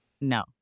No